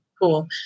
Cool